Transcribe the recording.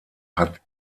hat